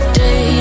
day